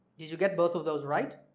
did you get both of those right?